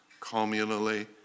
communally